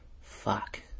Fuck